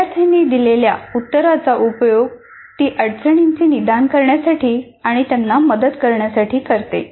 विद्यार्थ्यांनी दिलेल्या उत्तराचा उपयोग ती अडचणीचे निदान करण्यासाठी आणि त्यांना मदत करण्यासाठी करते